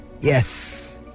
Yes